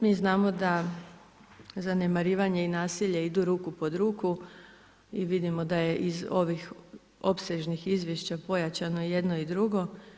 Mi znamo da zanemarivanje i nasilje idu ruku pod ruku i vidimo da je iz ovih opsežnih izvješća pojačano i jedno i drugo.